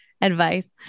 advice